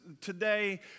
Today